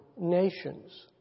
nations